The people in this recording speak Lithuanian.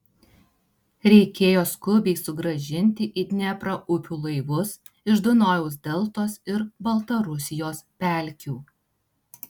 reikėjo skubiai sugrąžinti į dnieprą upių laivus iš dunojaus deltos ir baltarusijos pelkių